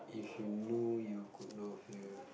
if you knew you could not fail